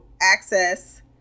access